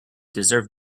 deserve